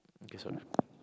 okay so